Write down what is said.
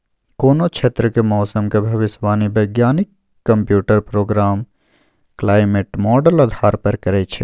कोनो क्षेत्रक मौसमक भविष्यवाणी बैज्ञानिक कंप्यूटर प्रोग्राम क्लाइमेट माँडल आधार पर करय छै